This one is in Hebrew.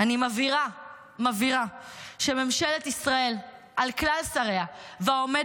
אני מבהירה שממשלת ישראל על כלל שריה והעומד